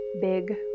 big